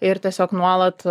ir tiesiog nuolat